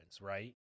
right